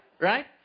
Right